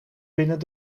binnen